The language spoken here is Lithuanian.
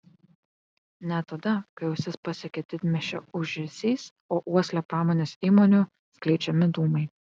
net tada kai ausis pasiekia didmiesčio ūžesys o uoslę pramonės įmonių skleidžiami dūmai